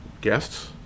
guests